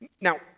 Now